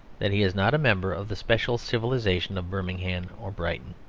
that he is not a member of the special civilisation of birmingham or brighton.